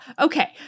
Okay